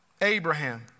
abraham